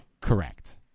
Correct